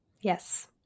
Yes